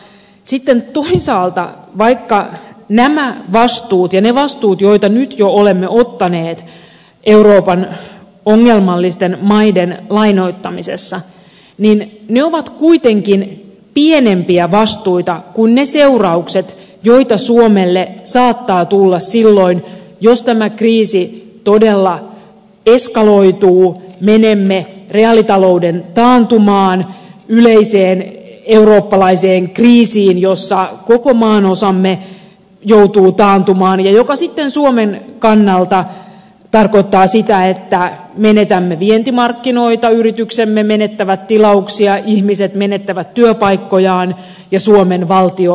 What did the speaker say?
sitten toisaalta nämä vastuut ja ne vastuut joita nyt jo olemme ottaneet euroopan ongelmallisten maiden lainoittamisessa ovat kuitenkin pienempiä vastuita kuin ne seuraukset joita suomelle saattaa tulla silloin jos tämä kriisi todella eskaloituu menemme reaalitalouden taantumaan yleiseen eurooppalaiseen kriisiin jossa koko maanosamme joutuu taantumaan ja joka sitten suomen kannalta tarkoittaa sitä että menetämme vientimarkkinoita yrityksemme menettävät tilauksia ihmiset menettävät työpaikkojaan ja suomen valtio velkaantuu